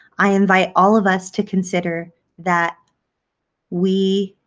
i invite all of us to consider that we